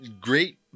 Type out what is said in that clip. great